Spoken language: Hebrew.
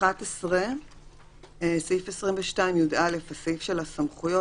11 סעיף 22(יא), זה סעיף של הסמכויות.